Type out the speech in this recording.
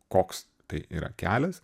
koks tai yra kelias